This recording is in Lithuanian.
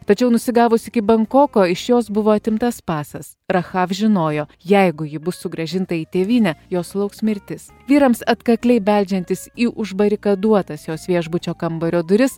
tačiau nusigavus iki bankoko iš jos buvo atimtas pasas rachaf žinojo jeigu ji bus sugrąžinta į tėvynę jos lauks mirtis vyrams atkakliai beldžiantis į užbarikaduotas jos viešbučio kambario duris